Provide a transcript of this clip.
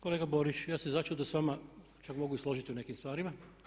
Kolega Borić, ja se začudo s vama čak mogu i složiti u nekim stvarima.